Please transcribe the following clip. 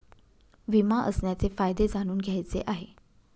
विमा असण्याचे फायदे जाणून घ्यायचे आहे